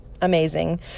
Amazing